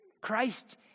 Christ